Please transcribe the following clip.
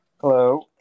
hello